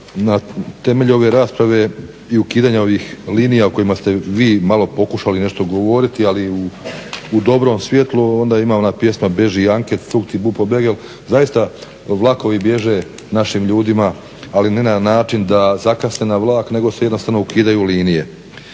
na temelju ove rasprave i ukidanja ovih linija o kojima ste vi malo pokušali nešto govoriti ali u dobrom svjetlu onda ima ona pjesma "Beži Jankec cug ti bu pobegel", zaista vlakovi bježe našim ljudima ali ne na način da zakasne na vlak nego se jednostavno ukidaju linije.